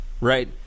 right